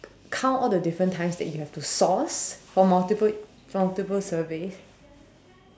count all the different times you have to source for multiple multiple surveys